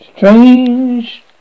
Strange